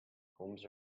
homes